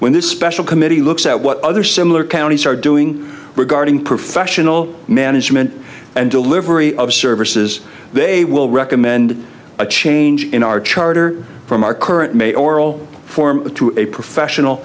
when this special committee looks at what other similar counties are doing regarding professional management and delivery of services they will recommend a change in our charter from our current may oral form to a professional